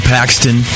Paxton